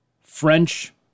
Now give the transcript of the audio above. French